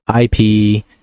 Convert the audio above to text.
IP